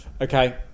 okay